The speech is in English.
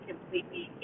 Completely